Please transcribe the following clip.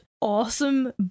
awesome